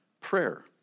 prayer